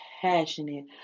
passionate